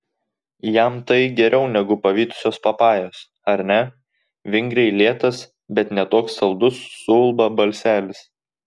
jam tai geriau negu pavytusios papajos ar ne vingriai lėtas bet ne toks saldus suulba balselis